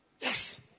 Yes